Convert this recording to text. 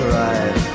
right